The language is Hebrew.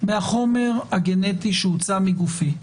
מהחומר הגנטי שהוצא מגופי,